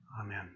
Amen